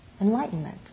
enlightenment